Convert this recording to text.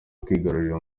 kwigarurira